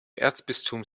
erzbistum